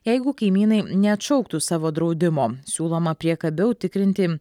jeigu kaimynai neatšauktų savo draudimo siūloma priekabiau tikrinti